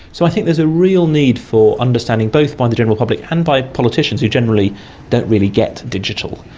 so i think there's a real need for understanding, both by the general public and by politicians who generally don't really get digital,